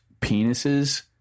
penises